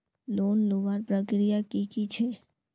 Loan लुबार प्रक्रिया की की छे?